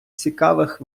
цікавих